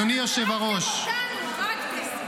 אתם אשמים במצב הזה.